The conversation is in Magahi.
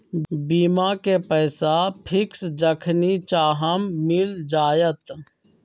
बीमा के पैसा फिक्स जखनि चाहम मिल जाएत?